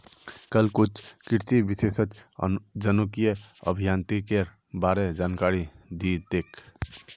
कल कुछ कृषि विशेषज्ञ जनुकीय अभियांत्रिकीर बा र जानकारी दी तेक